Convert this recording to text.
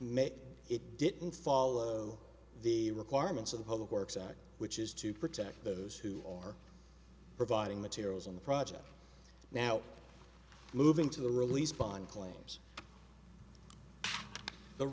make it didn't follow the requirements of the public works act which is to protect those who are providing materials in the project now moving to the release bond claims the